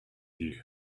you